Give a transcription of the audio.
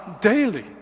daily